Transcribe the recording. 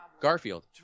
Garfield